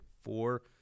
four